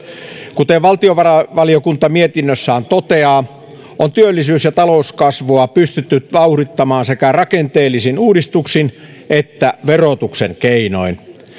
kuten valtiovarainvaliokunta mietinnössään toteaa on työllisyys ja talouskasvua pystytty vauhdittamaan sekä rakenteellisin uudistuksin että verotuksen keinoin